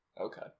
Okay